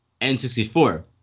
N64